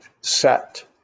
set